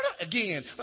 again